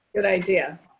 good idea.